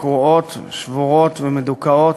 קרועות, שבורות ומדוכאות.